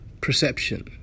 Perception